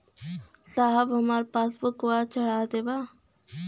साहब हमार पासबुकवा चढ़ा देब?